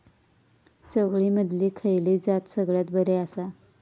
चवळीमधली खयली जात सगळ्यात बरी आसा?